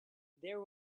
there